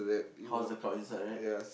how was the crowd inside right